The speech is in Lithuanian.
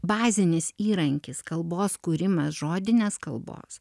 bazinis įrankis kalbos kūrimas žodinės kalbos